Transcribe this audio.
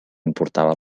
importava